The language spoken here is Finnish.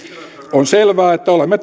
on selvää että olemme